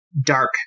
dark